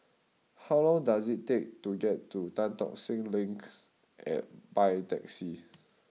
how long does it take to get to Tan Tock Seng Link by taxi